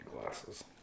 Glasses